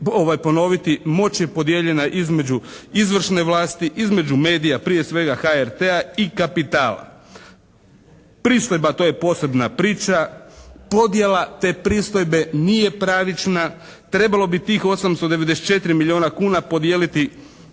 ponoviti, moć je podijeljena između izvršne vlasti, između medija prije svega HRT-a i kapitala. Pristojba, to je posebna priča. Podjela te pristojbe nije pravična, trebalo bi tih 894 milijuna podijeliti